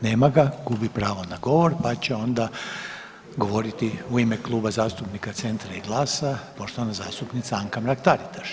Nema ga, gubi pravo na govor pa će onda govoriti u ime Kluba zastupnika Centra i GLAS-a poštovana zastupnica Anka Mrak-Taritaš.